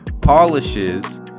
polishes